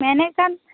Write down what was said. ᱢᱮᱱᱮᱜ ᱠᱟᱱ